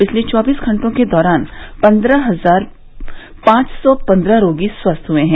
पिछले चौबीस घटों के दौरान पन्द्रह हजार पांच सौ पन्द्रह रोगी स्वस्थ हुए हैं